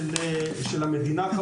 נציגות המורים,